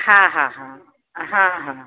हा हा हा हा हा